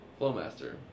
Flowmaster